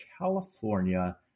California